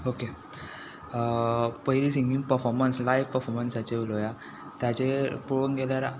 okay पयलीं singing performance live परफॉमंसाचेर उलोवया ताजें पळोवंक गेल्यार एक